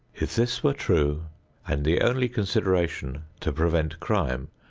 if this were true and the only consideration to prevent crime,